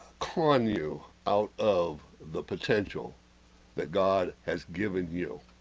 con you out of the potential that god has given you